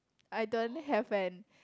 I don't have an